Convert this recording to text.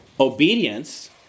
obedience